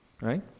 Right